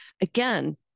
again